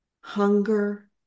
hunger